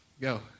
Go